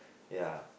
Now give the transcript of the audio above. ya